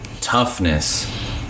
toughness